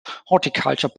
horticulture